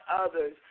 others